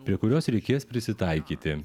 prie kurios reikės prisitaikyti